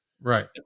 Right